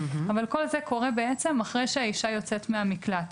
אבל כל זה קורה אחרי שהאישה יוצאת מן המקלט.